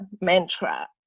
mantra